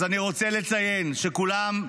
אז אני רוצה לציין, שכולם יבינו.